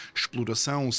exploração